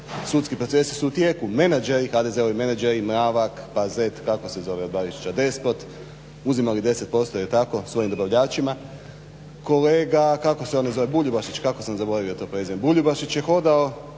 sudski procesi su u tijeku, menadžeri, HDZ-ovi menadžeri Mravak, pa zet kako se zove od Barišića Despot uzimali 10%. Jel' tako svojim dobavljačima. Kolega kako se ono zove Buljubašić kako sam zaboravio to prezime. Buljubašić je hodao,